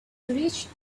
reached